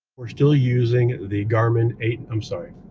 we're still using the garmin eight i'm sorry.